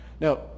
Now